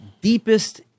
deepest